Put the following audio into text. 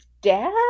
dad